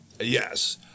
yes